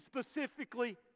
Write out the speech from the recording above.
specifically